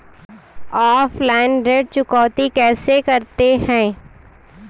Offline ऋण चुकौती कैसे करते हैं?